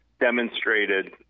demonstrated